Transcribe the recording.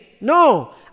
No